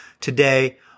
today